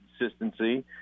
consistency